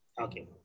Okay